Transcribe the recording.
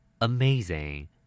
Amazing